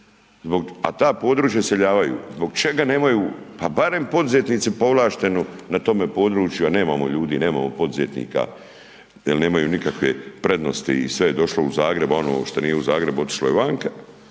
a ta područja iseljavaju, zbog čega nemaju pa barem poduzetnici, povlaštenu na tome području a nemamo ljudi, nemamo poduzetnika jer nemaju nikakve prednosti i sve je došlo u Zagreb a ono što nije u Zagrebu, otišlo je vanka,